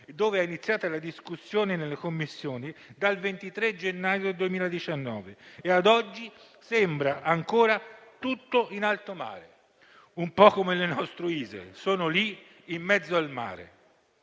dove è iniziata la discussione nelle Commissioni il 23 gennaio 2019; ma ad oggi sembra ancora tutto in alto mare, un po' come le nostre isole sono lì in mezzo al mare.